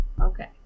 Okay